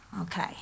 Okay